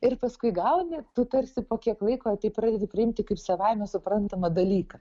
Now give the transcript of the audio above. ir paskui gauni tu tarsi po kiek laiko tai pradedi priimti kaip savaime suprantamą dalyką